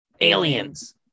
aliens